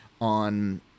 on